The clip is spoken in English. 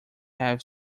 have